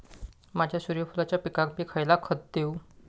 माझ्या सूर्यफुलाच्या पिकाक मी खयला खत देवू?